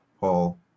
paul